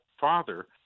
Father